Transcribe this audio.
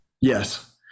yes